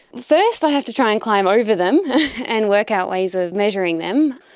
first i have to try and climb over them and work out ways of measuring them.